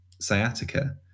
sciatica